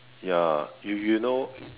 ya if you know